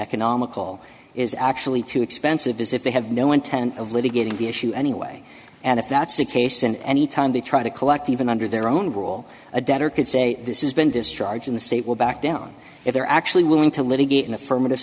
economical is actually too expensive is if they have no intent of litigating the issue anyway and if that's the case in any time they try to collect even under their own rule a debtor could say this is been discharged in the state will back down if they're actually willing to litigate an affirmative